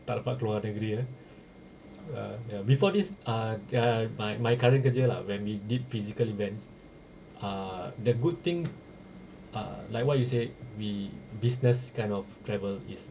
tak dapat keluar negeri ah ah the before this ah kat my my current kerja lah when we did physical events ah the good thing ah like what you say we business kind of travel is